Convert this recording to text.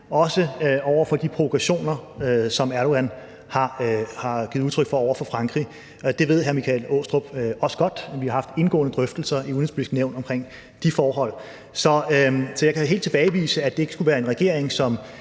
gælder de provokationer, som Erdogan har givet udtryk for over for Frankrig. Det ved hr. Michael Aastrup Jensen også godt. Vi har haft indgående drøftelser i Det Udenrigspolitiske Nævn om de forhold. Så jeg kan helt tilbagevise, at dette skulle være en regering, som